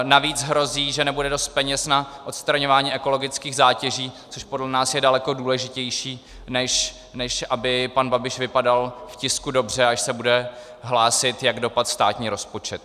Navíc hrozí, že nebude dost peněz na odstraňování ekologických zátěží, což podle nás je daleko důležitější, než aby pan Babiš vypadal v tisku dobře, až se bude hlásit, jak dopadl státní rozpočet.